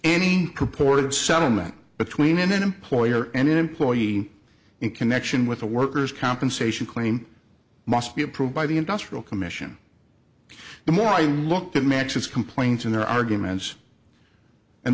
any report of settlement between in an employer and employee in connection with a worker's compensation claim must be approved by the industrial commission the more i look at matches complaints and their arguments and